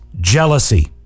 jealousy